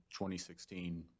2016